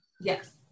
yes